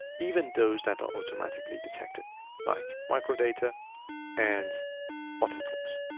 even those that are automatically detected like micro data and button clicks.